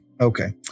Okay